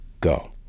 go